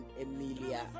Emilia